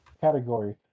category